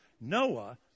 Noah